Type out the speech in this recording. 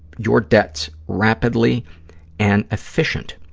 your debts rapidly and efficient.